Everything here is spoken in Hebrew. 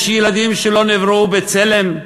יש ילדים שלא נבראו בצלם?